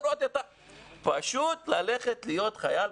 פשוט ללכת להיות חייל,